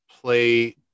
play